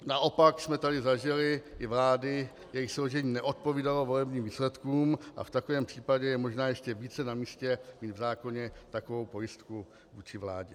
Naopak jsme tady zažili vlády, jejichž složení neodpovídalo volebním výsledkům, a v takovém případě je možná ještě více namístě mít v zákoně takovou pojistku vůči vládě.